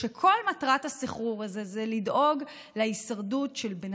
וכל מטרת הסחרור הזה היא לדאוג להישרדות של בן